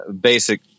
basic